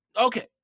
okay